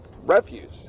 refuse